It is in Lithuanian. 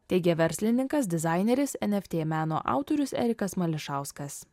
teigė verslininkas dizaineris eft meno autorius erikas mališauskas